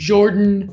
Jordan